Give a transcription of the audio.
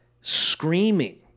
screaming